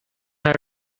had